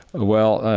ah well,